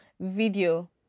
video